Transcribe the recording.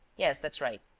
yes, that's right.